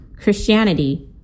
Christianity